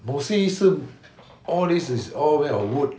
mostly 是 all this is all made of wood